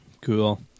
Cool